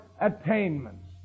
attainments